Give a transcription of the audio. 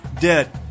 dead